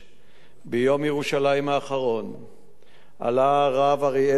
ביום ירושלים האחרון עלה הרב אריאל להר-הבית,